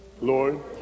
Lord